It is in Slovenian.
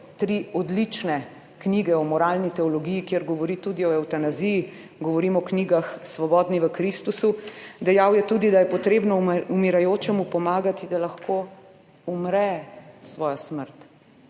tri odlične knjige o moralni teologiji, kjer govori tudi o evtanaziji, govorim o knjigah Svobodni v Kristusu. Dejal je tudi, da je treba umirajočemu pomagati, da lahko umre svojo smrt,